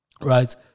Right